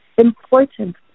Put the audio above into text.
important